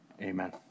Amen